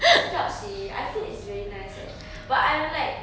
sedap seh I feel it's very nice eh but I'm like